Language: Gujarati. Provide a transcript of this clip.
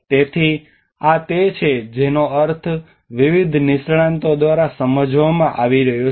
તેથી આ તે છે જેનો અર્થ વિવિધ નિષ્ણાતો દ્વારા સમજવામાં આવી રહ્યો છે